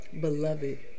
Beloved